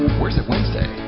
worse if wednesday